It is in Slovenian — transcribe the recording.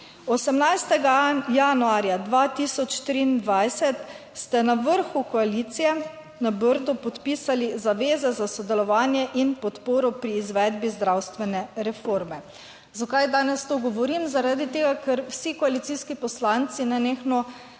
18. januarja 2023 ste na vrhu koalicije na Brdu podpisali zaveze za sodelovanje in podporo pri izvedbi zdravstvene reforme. Zakaj danes to govorim? Zaradi tega, ker vsi koalicijski poslanci nenehno